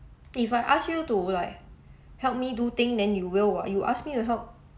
if I ask you to like help me do thing then you will [what] you ask me to help